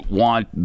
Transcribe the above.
want